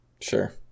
Sure